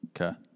Okay